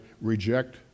reject